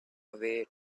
away